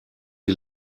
die